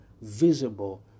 visible